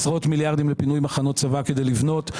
עשרות מיליארדים לפינוי מחנות צבא כדי לבנות.